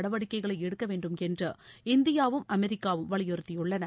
நடவடிக்கைகளை எடுக்க வேண்டும் என்று இந்தியாவும் அமெரிக்காவும் வலியுறுத்தியுள்ளன